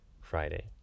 friday